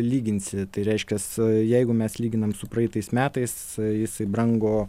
lyginsi tai reiškias jeigu mes lyginam su praeitais metais jis brango